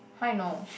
how you know